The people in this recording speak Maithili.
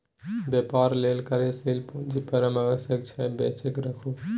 बेपार लेल कार्यशील पूंजी परम आवश्यक छै बचाकेँ राखू